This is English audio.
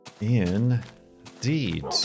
Indeed